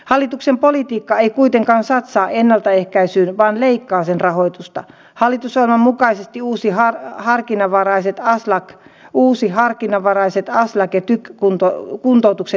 hallituksen politiikka ei kuitenkaan satsaa ennaltaehkäisyyn vaan leikkaa sen rahoitusta quality sananmukaisesti uusi harkinnanvaraiset aslak ja uusi harkinnanvaraiset aslakit ja kunta kuntoutuksen